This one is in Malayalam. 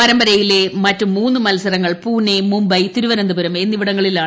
പരമ്പരയിലെ മറ്റ് മൂന്ന് മത്സരങ്ങൾ പുനെ മുംബൈ തിരുവനന്തപുരം എന്നിവിടങ്ങളിലാണ് നടക്കുന്നത്